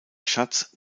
schatz